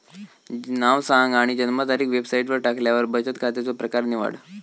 नाव सांग आणि जन्मतारीख वेबसाईटवर टाकल्यार बचन खात्याचो प्रकर निवड